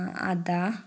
അതാ